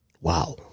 Wow